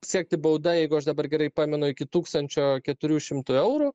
siekti bauda jeigu aš dabar gerai pamenu iki tūkstančio keturių šimtų eurų